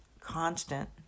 constant